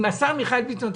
עם השר מיכאל ביטון,